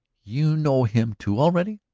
you know him too, already?